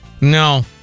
no